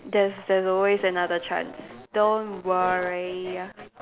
there's there's always another chance don't worry